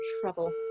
trouble